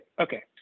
okay